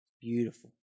Beautiful